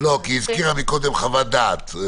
מקרים --- אבל היא הזכירה קודם חוות דעת.